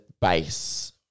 base